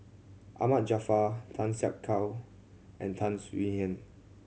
Ahmad Jaafar Tan Siak Kew and Tan Swie Hian